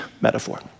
metaphor